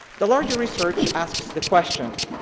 the larger research asks the question,